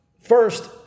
first